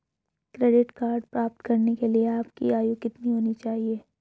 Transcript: Credit card प्राप्त करने के लिए आपकी आयु कितनी होनी चाहिए?